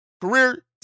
career